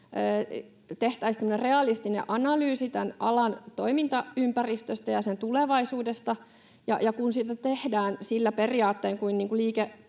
tehtäisiin realistinen analyysi tämän alan toimintaympäristöstä ja sen tulevaisuudesta, ja kun sitä tehdään niillä periaatteilla,